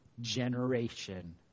generation